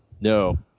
No